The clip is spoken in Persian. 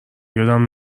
یادم